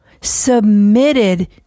submitted